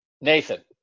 Nathan